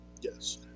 Yes